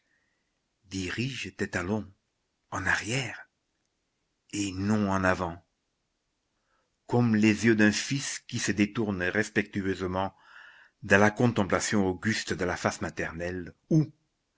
dirige tes talons en arrière et non en avant comme les yeux d'un fils qui se détourne respectueusement de la contemplation auguste de la face maternelle ou